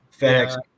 FedEx